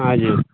हँ जी